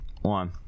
One